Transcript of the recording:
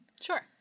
Sure